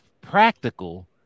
practical